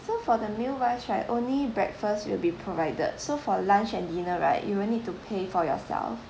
so for the meal wise right only breakfast will be provided so for lunch and dinner right you will need to pay for yourself